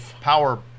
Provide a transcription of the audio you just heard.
power